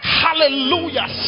hallelujah